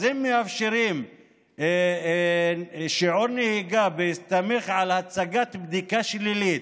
אם מאפשרים שיעור נהיגה בהסתמך על הצגת בדיקה שלילית,